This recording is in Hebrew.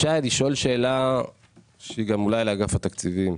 ישי אני שואל שאלה שהיא גם אולי לאגף התקציבים,